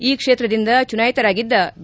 ಈ ಕ್ಷೇತ್ರದಿಂದ ಚುನಾಯಿತರಾಗಿದ್ದ ಬಿ